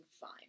fine